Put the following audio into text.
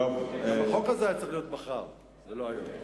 גם החוק הזה היה צריך להיות מחר ולא היום.